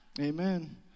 Amen